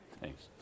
Thanks